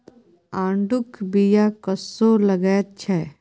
आड़ूक बीया कस्सो लगैत छै